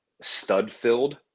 stud-filled